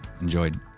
enjoyed